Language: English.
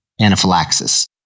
anaphylaxis